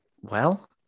Well